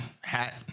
Hat